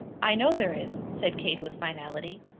i know there is, said kate with finality.